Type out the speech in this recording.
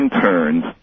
turns